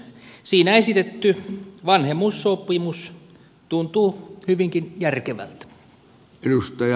siinä esitetty vanhemmuussopimus tuntuu hyvinkin järkevältä